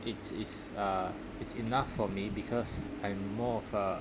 it's it's uh it's enough for me because I'm more of a